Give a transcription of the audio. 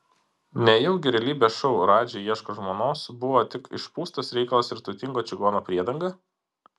nejaugi realybės šou radži ieško žmonos buvo tik išpūstas reikalas ir turtingo čigono priedanga